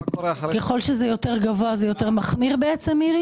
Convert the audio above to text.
ככל שזה יותר גבוה זה יותר מחמיר, מירי?